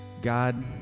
God